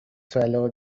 swallow